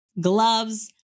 gloves